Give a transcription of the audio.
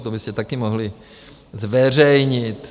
To byste také mohli zveřejnit.